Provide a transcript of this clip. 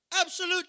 Absolute